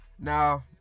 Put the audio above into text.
Now